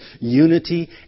unity